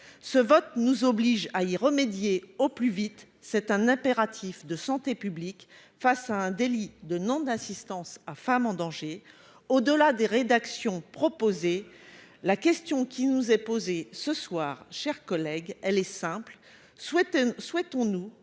Ce vote nous oblige à y remédier au plus vite. C'est un impératif de santé publique face à un délit de non-assistance à femme en danger. Au-delà des rédactions proposées, la question qui nous est posée ce soir, mes chers collègues, est simple : souhaitons-nous